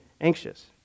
anxious